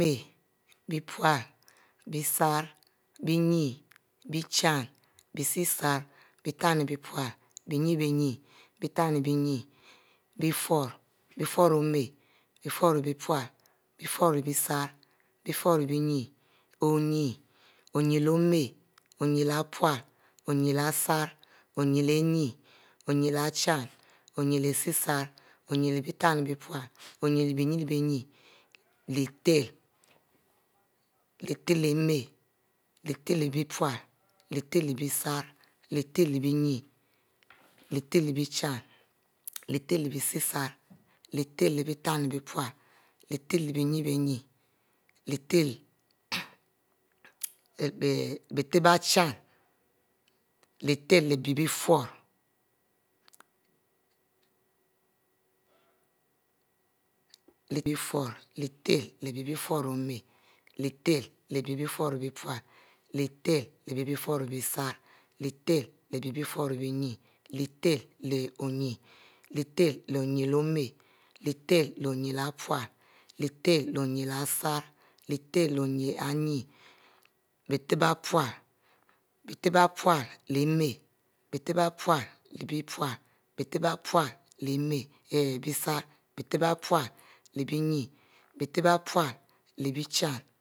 Emar, bie phle bie sarr bienne bie chin bie sesiari bietamipule bie nibienn, bic te mbinne bic furro, bie furro oman furro bie phle bie furro bie sarri bicfurro bie ninne, bie furro bie chin, bie furro bie sesria bie ferro leh bie tamipule, bie furro leh bie nibnn bie furro leh bie bidtemibinn leh, tele, leh tele m̃a emar leh tele leh, leh tele leh bie phle leh tele leh tele beh bie srri leh tete bie nne leh tele leh bie chin lete leh bie seseria leh tele bie temipule leh tele teh bie bie nibinne lete leh bietenbie nne. Lete leh bie furro bie tebi chin leeh tele leh bie furro omar leh tele leh bie furro ema leh tele leh bic furro bic pule lele leh bic biefurro sarn leh bele leh bicfurro bienne leh tele leh bic chin leh tele leh bic bie sera leh tele leh bic temibicpule leh tele leh bic biennbin leh tela leh bie biennbin leh tele leh bieteni nne leh tele ari bie furro leli tele bic furro oma leh tele bic furro bic pule leh tele leh bie furro bie seri leh tele leh bie furro bie nne leh tele leh oyinne. Leh tele leh oyinne leh ema leh tele leh oyinne leh pule leh tehe leh oyinne leh bidarri leh tele leh oyinne leh bienne leh tele leh oyinn leh bie chin leh tele leh oyinn leh bie seri leh tele leh oyinn leh bie tami pule leh tele leh oyinn leh bie nibinn leh tele leh oyinn leh bie tarri binn bic tebic bic pule leh éma bie tebic bic pule leh pule bie tebic bie pule leh biesarri bie tebic bic pule pule leh binne bic tebic leh bic pule leh bic chin